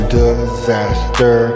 disaster